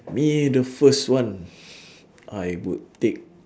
me the first one I would take